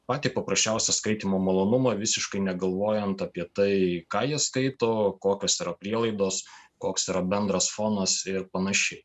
patį paprasčiausią skaitymo malonumą visiškai negalvojant apie tai ką jie skaito kokios yra prielaidos koks yra bendras fonas ir panašiai